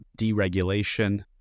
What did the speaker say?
deregulation